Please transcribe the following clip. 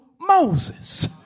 Moses